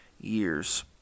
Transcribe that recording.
years